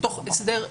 בתוך הסדרים,